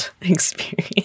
experience